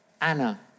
Anna